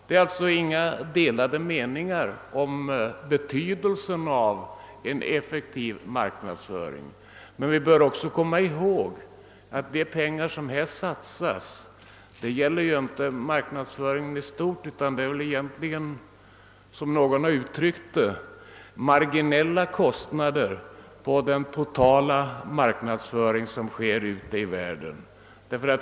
Det råder alltså inga delade meningar om betydelsen av en effektiv marknadsföring, men vi bör komma ihåg att det här ifrågavarande anslaget gäller inte marknadsföringen i stort, utan det avser vad någon har kallat marginella kostnader. på den totala marknadsföringen i världen.